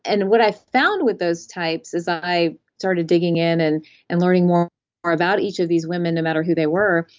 and what i found with those types as i started digging in and and learning more about each of these women no matter who they were,